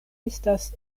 estas